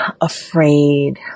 afraid